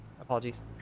Apologies